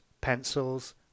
pencils